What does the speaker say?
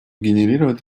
генерировать